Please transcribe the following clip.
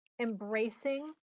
embracing